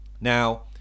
Now